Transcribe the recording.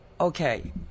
okay